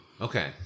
Okay